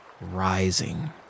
rising